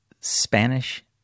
Spanish